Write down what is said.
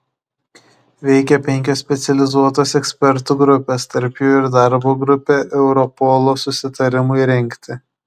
veikė penkios specializuotos ekspertų grupės tarp jų ir darbo grupė europolo susitarimui rengti